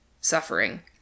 suffering